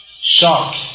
shock